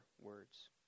words